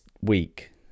week